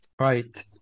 Right